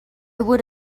would